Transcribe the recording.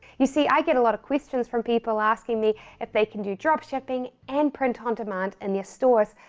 you see, i get a lot of questions from people asking me if they can do drop shipping and print on demand in their stores,